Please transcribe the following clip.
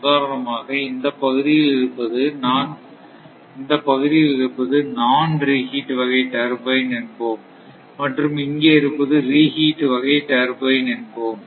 உதாரணமாக இந்தப் பகுதியில் இருப்பது நான் ரிஹீட் வகை டர்பைன் என்போம் மற்றும் இங்கே இருப்பது ரிஹீட் வகை டர்பைன் என்போம்